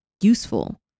useful